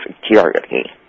security